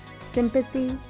sympathy